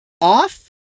off